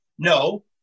No